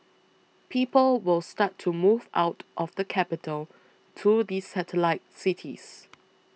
people will start to move out of the capital to the satellite cities